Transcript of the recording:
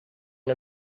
and